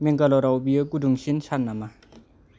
मेंगालराव बेयो गुदुंसिन सान नामा